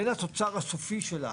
בין התוצר הסופי שלה,